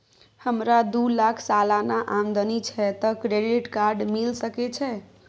हमरा दू लाख सालाना आमदनी छै त क्रेडिट कार्ड मिल सके छै?